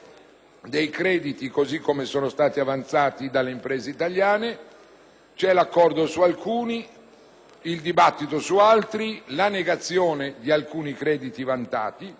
dei crediti, così come sono stati avanzati dalle imprese italiane; c'è l'accordo su alcuni, il dibattito su altri, la negazione di altri ancora.